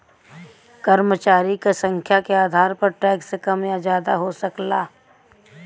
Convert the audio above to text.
कर्मचारी क संख्या के आधार पर टैक्स कम या जादा हो सकला